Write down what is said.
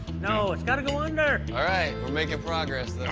no, it's got to go under. all right, we're making progress though.